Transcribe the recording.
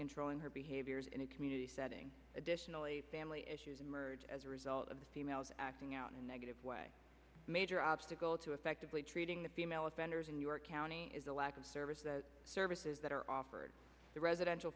controlling her behaviors in a community setting additionally family issues emerge as a result of the females acting out in negative way major obstacle to effectively treating the female offenders in your county is a lack of service the services that are offered the residential